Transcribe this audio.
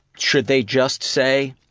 should they just say,